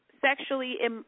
sexually